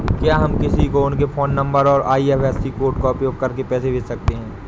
क्या हम किसी को उनके फोन नंबर और आई.एफ.एस.सी कोड का उपयोग करके पैसे कैसे भेज सकते हैं?